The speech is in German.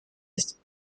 ist